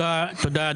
תודה,